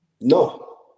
No